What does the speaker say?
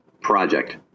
Project